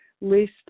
List